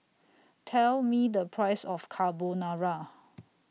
Tell Me The Price of Carbonara